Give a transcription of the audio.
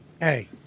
hey